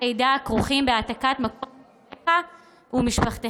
הלידה הכרוכים בהעתקת מקום מגוריך ומשפחתך,